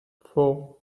four